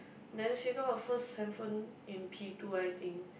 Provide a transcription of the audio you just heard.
then she got her first handphone in P two I think